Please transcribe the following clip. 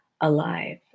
alive